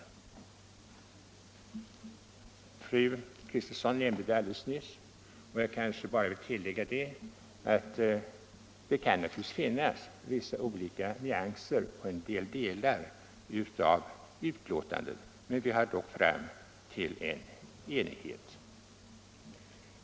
Detta nämnde också fru Kristensson. Jag vill bara tillägga att vi naturligtvis kan ha haft skilda åsikter när det gäller en del nyanser i olika delar av betänkandet, men vi har nått fram till enighet.